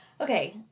Okay